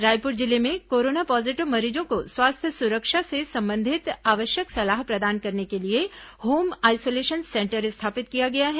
रायपुर जिले में corona positive मरीजों को स्वास्थ्य सुरक्षा से संबंधित आवश्यक सलाह प्रदान करने को लिए होम आइसोलेशन सेंटर स्थापित किया गया है